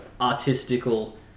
artistical